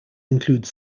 include